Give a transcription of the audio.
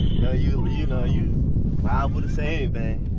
no, you ah you know, you liable to say anything.